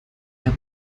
herr